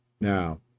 Now